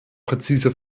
präzise